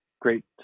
great